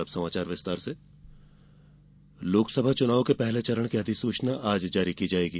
अब समाचार विस्तार से चुनाव अधिसूचना लोकसभा चुनाव के पहले चरण की अधिसूचना आज जारी की जाएगी